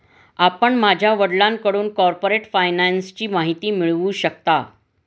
आपण माझ्या वडिलांकडून कॉर्पोरेट फायनान्सची माहिती मिळवू शकता